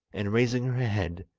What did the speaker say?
and raising her head,